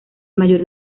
mayor